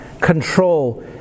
Control